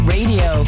Radio